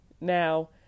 Now